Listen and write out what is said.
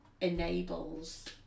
enables